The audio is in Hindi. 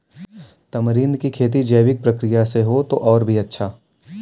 तमरींद की खेती जैविक प्रक्रिया से हो तो और भी अच्छा